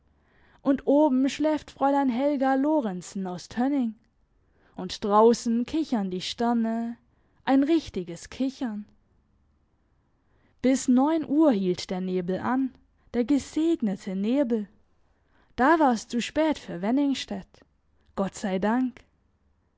und oben schläft fräulein helga lorenzen aus tönning und draussen kichern die sterne ein richtiges kichern bis neun uhr hielt der nebel an der gesegnete nebel da war's zu spät für wenningstedt gott sei dank